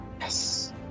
Yes